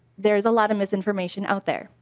there's a lot of misinformation out there.